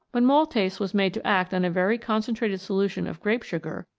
when maltase was made to act on a very concen trated solution of grape sugar,